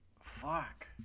fuck